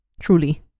Truly